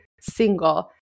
single